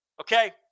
Okay